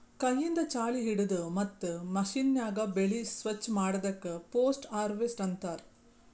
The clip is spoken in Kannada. ಕೈಯಿಂದ್ ಛಾಳಿ ಹಿಡದು ಮತ್ತ್ ಮಷೀನ್ಯಾಗ ಬೆಳಿ ಸ್ವಚ್ ಮಾಡದಕ್ ಪೋಸ್ಟ್ ಹಾರ್ವೆಸ್ಟ್ ಅಂತಾರ್